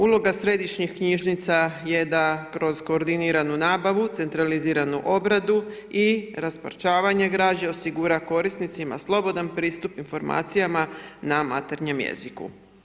Uloga središnjih knjižnica je da kroz koordiniranu nabavu, centraliziranu obradu i rasparčavanje građe osigura korisnicima slobodan pristup informacijama na materinjem jeziku.